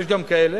יש גם כאלה,